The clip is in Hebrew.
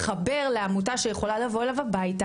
לחבר לעמותה שיכולה לבוא אליו הביתה,